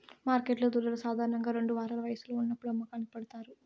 మార్కెట్లో దూడలు సాధారణంగా రెండు వారాల వయస్సులో ఉన్నప్పుడు అమ్మకానికి పెడతారు